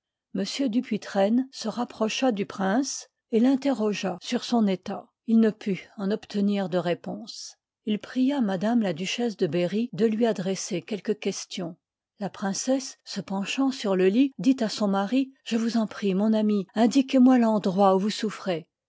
m dupuytren se rapprocha du prince et l'interrogea sur son état il ne put en obtenir de réponse il pria m la duchesse de bcrry de lui adresser quelques questions la princesse se penchant sur le lit dit à son mari je vous en prie mon ami indiquez moi l'endroit où vqus souffrez